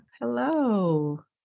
Hello